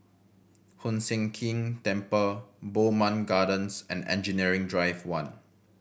Hoon Sian Keng Temple Bowmont Gardens and Engineering Drive One